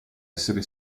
essere